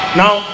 now